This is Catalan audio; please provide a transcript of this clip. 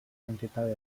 quantitat